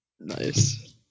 Nice